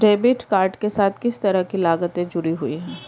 Debit card के साथ किस तरह की लागतें जुड़ी हुई हैं?